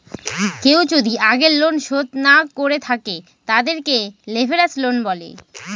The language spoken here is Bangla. কেউ যদি আগের লোন শোধ না করে থাকে, তাদেরকে লেভেরাজ লোন বলে